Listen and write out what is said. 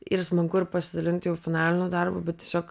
ir smagu ir pasidalint jau finaliniu darbu bet tiesiog